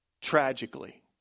tragically